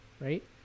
right